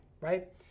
right